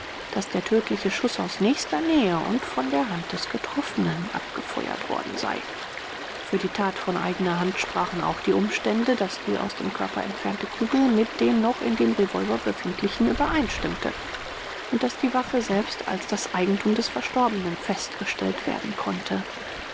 daß der tödliche schuß aus nächster nähe und von der hand des getroffenen abgefeuert worden sei für die tat von eigener hand sprachen auch die umstände daß die aus dem körper entfernte kugel mit den noch in dem revolver befindlichen übereinstimmte und daß die waffe selbst als das eigentum des verstorbenen festgestellt werden konnte